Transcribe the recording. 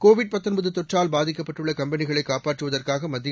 Covid தொற்றால் பாதிக்கப்பட்டுள்ள கம்பெனிகளை காப்பாற்றுவதற்காக மத்திய